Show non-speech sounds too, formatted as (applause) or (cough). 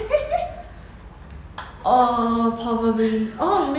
(laughs)